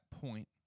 point